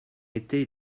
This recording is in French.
été